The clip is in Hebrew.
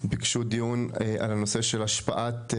הם ביקשו דיון על הנושא של השפעת,